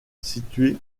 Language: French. situé